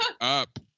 up